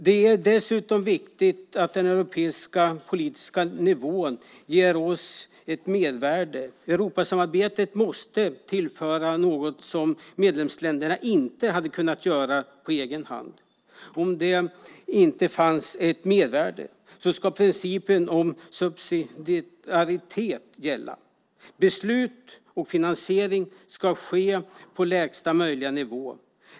Det är dessutom viktigt att den europeiska politiska nivån ger oss ett mervärde. Europasamarbetet måste tillföra något som medlemsländerna inte hade kunnat göra på egen hand. Om det inte finns ett mervärde ska principen om subsidiaritet gälla. Beslut ska fattas och finansiering ske på lägsta möjliga nivå.